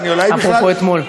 אפרופו אתמול.